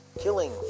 killing